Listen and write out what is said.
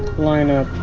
line up.